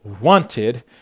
wanted